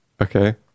Okay